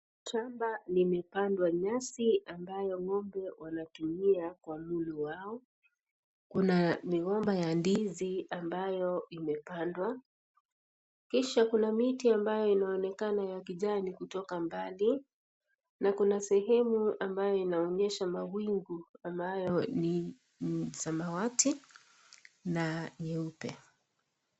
Shamba limepandwa nyasi ambayo ng'ombe wanatumia kwa mulo wao, kuna migomba ya ndizi ambayo imepamendwa kisha Kuna miti ambayo inaonekana ya kijani kutoka mbali na kuna sehemu ambayo inaonyesha mawingu ambayo ni samawati na nyeupe.